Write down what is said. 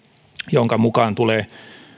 jonka mukaan tulee